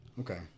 Okay